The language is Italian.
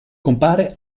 compare